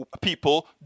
people